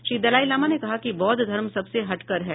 श्री दलाईलामा ने कहा कि बौद्ध धर्म सब से हटकर है